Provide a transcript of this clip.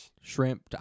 Shrimp